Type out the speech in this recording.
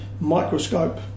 microscope